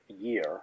year